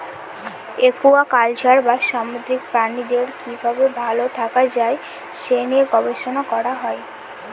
aquaculture বা সামুদ্রিক প্রাণীদের কি ভাবে ভালো থাকা যায় সে নিয়ে গবেষণা করা হয়